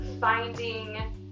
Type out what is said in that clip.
finding